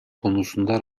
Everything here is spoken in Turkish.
konusunda